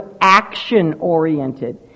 action-oriented